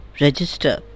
register